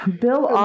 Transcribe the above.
Bill